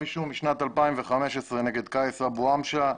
אישום משנת 2015 נגד קייס אבו עמשה.